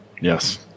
Yes